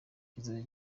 kizajya